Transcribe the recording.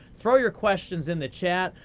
throw your questions in the chat.